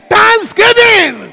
Thanksgiving